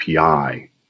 API